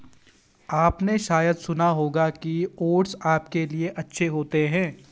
आपने शायद सुना होगा कि ओट्स आपके लिए अच्छे होते हैं